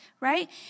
right